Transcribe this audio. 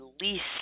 least